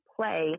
play